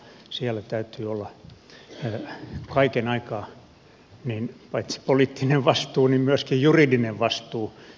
siellä täytyy olla kaiken aikaa paitsi poliittinen vastuu myöskin juridinen vastuu